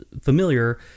familiar